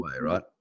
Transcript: right